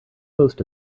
post